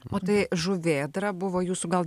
matai žuvėdra buvo jūsų gal